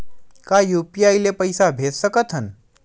का यू.पी.आई ले पईसा भेज सकत हन?